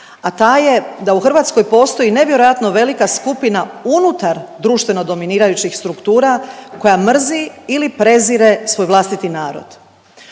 a ta je da u Hrvatskoj postoji nevjerojatno velika skupina unutar društveno dominirajućih struktura koja mrzi ili prezire svoj vlastiti narod.